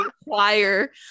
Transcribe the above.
require